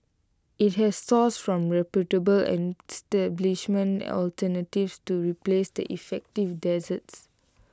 IT has sourced from reputable establishments alternatives to replace the effective desserts